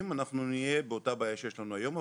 אנחנו נהיה באותה בעיה שיש לנו היום.